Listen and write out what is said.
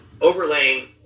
overlaying